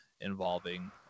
involving